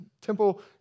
temple